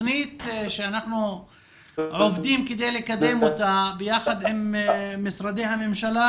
התוכנית עליה אנחנו עובדים כדי לקדם עליה יחד עם משרדי הממשלה,